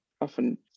often